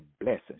blessing